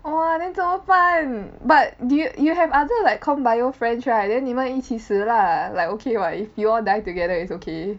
!wah! then 怎么办 but did you you have other like comp bio friends right then 你们一起死 lah like okay [what] if you all die together it's okay